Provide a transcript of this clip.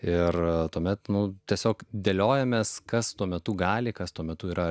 ir tuomet nu tiesiog dėliojamės kas tuo metu gali kas tuo metu yra